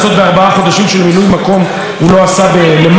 של מילוי מקום הוא לא עשה בלמעלה משנה.